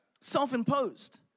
self-imposed